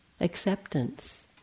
acceptance